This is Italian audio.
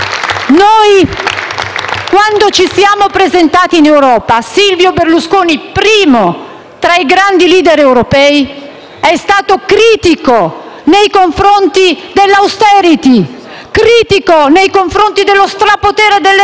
Quando ci siamo presentati in Europa, Silvio Berlusconi, primo tra i grandi *leader* europei, è stato critico nei confronti dell'*austerity*, critico nei confronti dello strapotere dell'euroburocrazia,